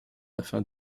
afin